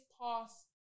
past